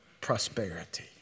prosperity